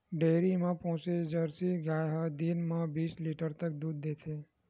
dairy म पोसे jersey गाय ह दिन म बीस लीटर तक दूद देथे